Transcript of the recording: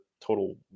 total